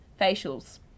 facials